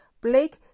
Blake